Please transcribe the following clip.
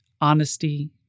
honesty